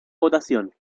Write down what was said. votación